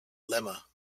lemma